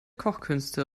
kochkünste